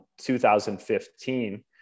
2015